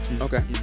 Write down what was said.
Okay